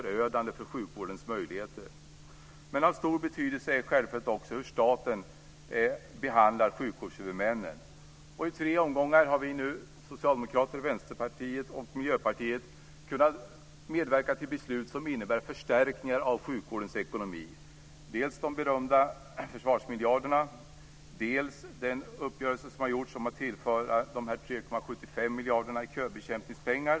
I tre omgångar har nu Socialdemokraterna, Vänsterpartiet och Miljöpartiet kunnat medverka till beslut som innebär förstärkningar av sjukvårdens ekonomi. Det gäller dels de berömda försvarsmiljarderna, dels den uppgörelse som har träffats om att tillföra 3,75 miljarder i köbekämpningspengar.